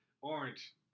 Orange